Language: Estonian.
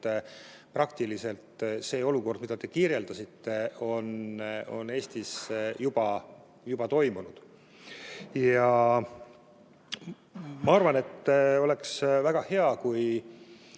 praktiliselt selline olukord, mida te kirjeldasite, on Eestis juba kujunenud. Ma arvan, et oleks väga hea, kui